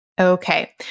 Okay